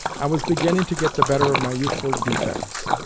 i was beginning to get the better of my youthful defects,